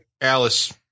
Alice